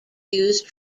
used